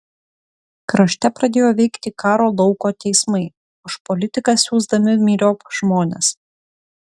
krašte pradėjo veikti karo lauko teismai už politiką siųsdami myriop žmones